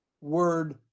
word